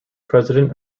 president